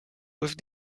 with